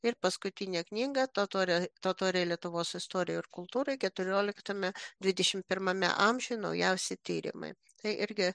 ir paskutinė knyga totorė totoriai lietuvos istorijoj ir kultūroj keturioliktame dvidešimt pirmame amžiuj naujausi tyrimai tai irgi